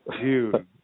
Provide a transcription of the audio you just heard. Dude